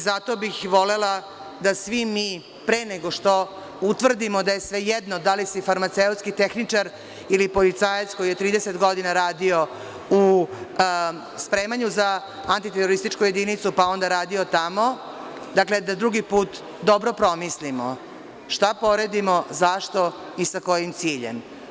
Zato bih volela da svi mi pre nego što utvrdimo da je svejedno da li si farmaceutski tehničar ili policajac koji je 30 godina radio u spremanju za antiterorističku jedinicu pa onda radio tamo, da drugi put dobro promislimo šta poredimo, zašto i sa kojim ciljem.